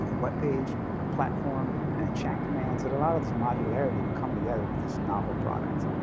and web page, a platform and a chat command. it allowed this modularity to come together, this novel product.